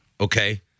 okay